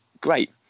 great